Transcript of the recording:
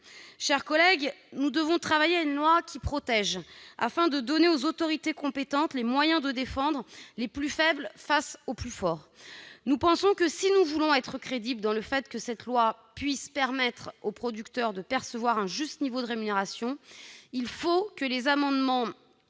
chers collègues, nous devons travailler à une loi qui protège, afin de donner aux autorités compétentes les moyens de défendre les plus faibles face aux plus forts. Nous pensons que, pour que ce texte soit crédible dans sa tentative de permettre aux producteurs de percevoir un juste niveau de rémunération, les amendements